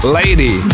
lady